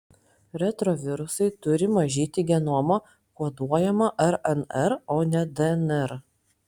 retrovirusai turi mažyti genomą koduojamą rnr o ne dnr